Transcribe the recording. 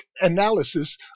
analysis